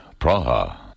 Praha